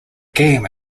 game